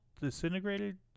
disintegrated